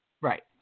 Right